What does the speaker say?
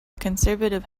conservative